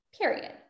period